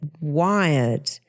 wired